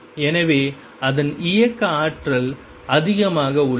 எனவே அதன் இயக்க ஆற்றல் அதிகமாக உள்ளது